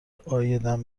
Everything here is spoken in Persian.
عایدم